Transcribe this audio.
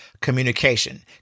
Communication